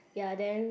ya then